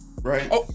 right